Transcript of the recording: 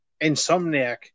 Insomniac